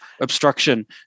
obstruction